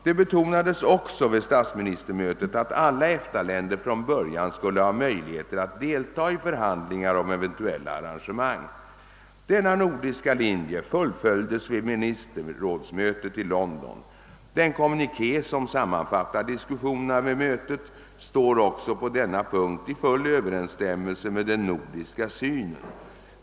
Det betonades också vid statsministermötet att alla EFTA-länder från början skulle ha möjligheter att delta i förhandlingar om eventuella arrangemang. Denna nordiska linje fullföljdes vid ministerrådsmötet i London. Den kommuniké som sammanfattar diskussionerna vid mötet står också på denna punkt i full överensstämmelse med den nordiska synen.